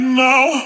now